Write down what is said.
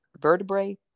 vertebrae